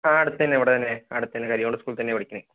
ആ അടുത്തുതന്നെ ഇവിടെത്തന്നെ കരിയാട് സ്കൂളിൽ തന്നെയാണ് പഠിക്കണേ